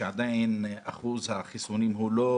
שעדיין אחוז החיסונים בו לא